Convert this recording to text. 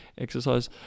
exercise